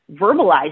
verbalize